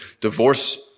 divorce